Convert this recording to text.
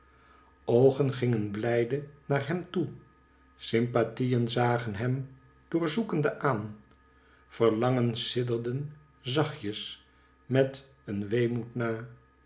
oogen gingen blijde naar hem toe sympathieen zagen hem doorzoekende aan verlangens sidderden zachtjes met een weemoed na